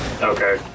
Okay